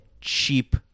cheap